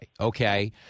okay